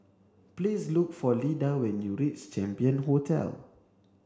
please look for Lida when you reach Champion Hotel